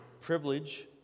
privilege